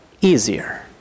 easier